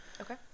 okay